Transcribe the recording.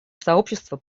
сообщество